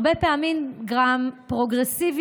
הרבה פעמים גם פרוגרסיביות,